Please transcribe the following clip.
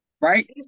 Right